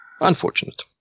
Unfortunate